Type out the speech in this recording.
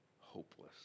hopeless